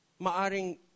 maaring